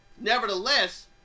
Nevertheless